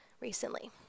recently